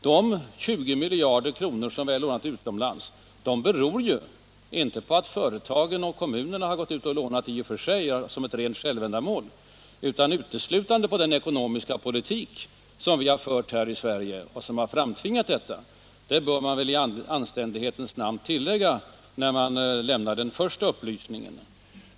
De 20 miljarder som vi har lånat utomlands beror ju inte i och för sig på att företagen och kommunerna har gått ut och lånat som ett rent självändamål, utan på den ekonomiska politik som vi har fört här i Sverige och som har framtvingat denna upplåning. Det bör man väl i anständighetens namn tillägga när man lämnar den första upplysningen.